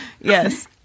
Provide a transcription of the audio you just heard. Yes